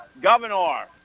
Governor